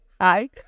Hi